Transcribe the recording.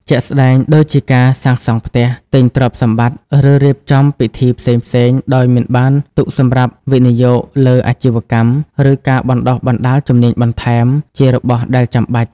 ជាក់ស្ដែងដូចជាការសាងសង់់ផ្ទះ ទិញទ្រព្យសម្បត្តិ ឬរៀបចំពិធីផ្សេងៗដោយមិនបានទុកសម្រាប់វិនិយោគលើអាជីវកម្ម ឬការបណ្តុះបណ្តាលជំនាញបន្ថែម ជារបស់ដែលចាំបាច់។